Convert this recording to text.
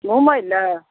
घुमै लए